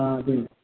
ആ അതേ